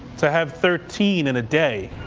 to have thirteen in a day,